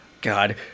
God